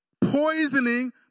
poisoning